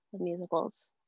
musicals